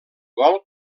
gol